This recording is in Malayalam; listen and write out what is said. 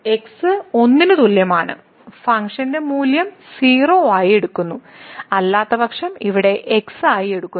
x 1 ന് തുല്യമാണ് ഫംഗ്ഷൻ മൂല്യം 0 ആയി എടുക്കുന്നു അല്ലാത്തപക്ഷം ഇവിടെ x ആയി എടുക്കുന്നു